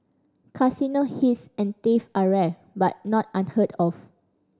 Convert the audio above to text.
casino heist and theft are rare but not unheard of